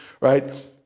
right